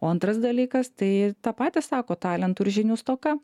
o antras dalykas tai tą patį sako talentų ir žinių stoka